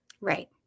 Right